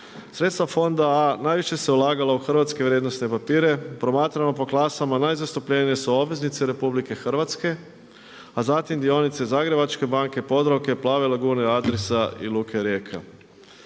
Sredstva fonda A, najviše se ulagalo u hrvatske vrijednosne papire, promatrano, po klasama najzastupljenije su obveznice RH, a zatim dionice Zagrebačke banke, Podravke, Plave lagune, Adrisa i Luke Rijeka.